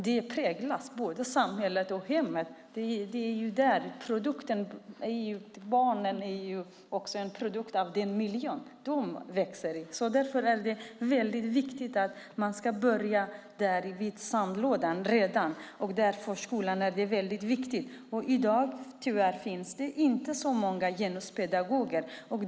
Det präglar både samhället och hemmet. Barnen är också en produkt av den miljö som de växer upp i. Därför är det väldigt viktigt att börja redan vid sandlådan och därför är skolan väldigt viktig. I dag finns det tyvärr inte så många genuspedagoger.